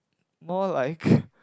more like